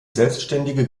selbstständige